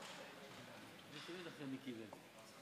חוק מיסוי מקרקעין (שבח